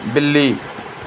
ਬਿੱਲੀ